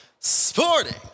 Sporting